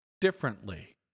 differently